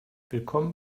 willkommen